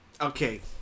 Okay